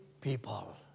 people